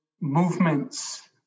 movements